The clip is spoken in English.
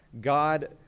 God